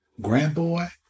Grandboy